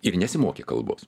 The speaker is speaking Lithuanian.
ir nesimokė kalbos